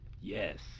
Yes